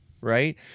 right